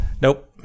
Nope